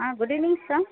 ah good evening sir